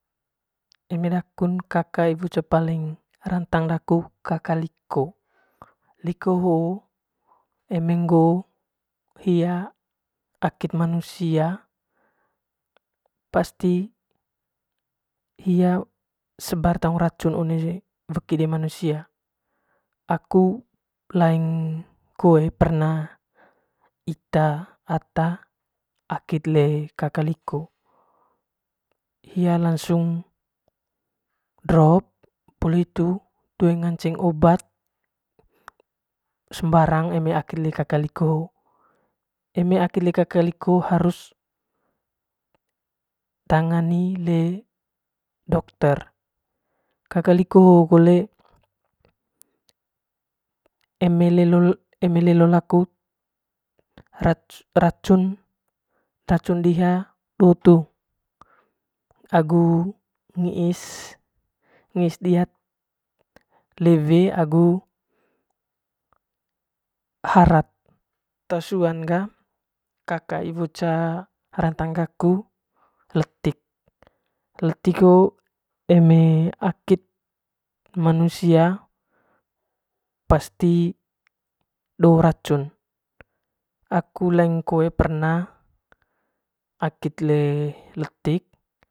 Eme daku kaka iwon cengkali rantang daku kaka liko, liko hoo eme ngoo hia akit manusia pasti hia sebar taung racun one weki de manusia aku pung laing koe perna ita ata akit li kaka liko hia lansung drop poli hitu toe ngance obat sembaraang eme aki li kaka liko ho'o eme akit li kaka liko harus ditangani lebi li dokter kaka liko hoo kole kaka liko hoo eme lelo laku racun racun diha do tuung agu ngiis ngis diha lewe agu harao tesuan ga kaka iwo ca rantang gaku letik, letik hoo eme akit manusia pasti do racun aku leng koe perna aki le letik.